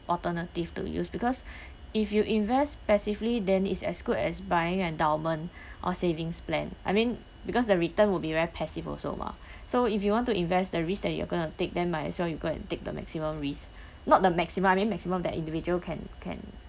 alternative to use because if you invest passively then it's as good as buying endowment or savings plan I mean because the return will be very passive also mah so if you want to invest the risk that you are going to take then might as well you go and take the maximum risk not the maximum I mean maximum that individual can can